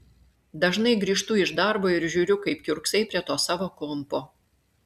dažnai grįžtu iš darbo ir žiūriu kaip kiurksai prie to savo kompo